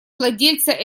владельца